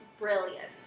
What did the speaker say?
brilliant